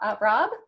Rob